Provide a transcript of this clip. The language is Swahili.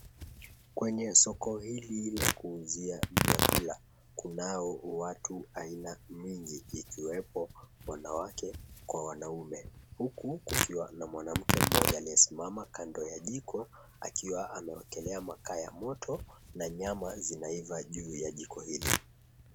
Kwenye soko hili la kuuzia vyakula kunao watu aina mingi ikiwepo wanawake kwa wanaume huku kukiwa na mwanamke mmoja aliyesimama kando ya jiko akiwa amewekelea makaa ya moto na nyama zinaiva juu ya jiko hili.